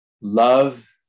love